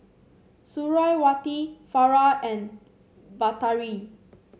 Suriawati Farah and Batari